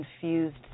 confused